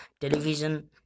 television